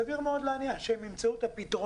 סביר מאוד להניח שהם ימצאו את הפתרונות